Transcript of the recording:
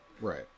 Right